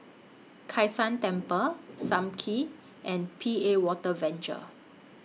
Kai San Temple SAM Kee and P A Water Venture